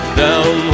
down